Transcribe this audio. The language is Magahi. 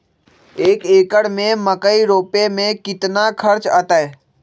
एक एकर में मकई रोपे में कितना खर्च अतै?